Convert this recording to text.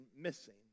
missing